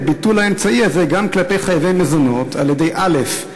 את ביטול האמצעי הזה גם כלפי חייבי מזונות על-ידי: א.